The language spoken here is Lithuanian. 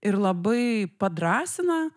ir labai padrąsina